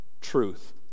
truth